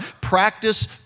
Practice